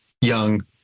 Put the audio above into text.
Young